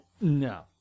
No